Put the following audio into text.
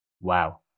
Wow